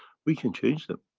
we can change them.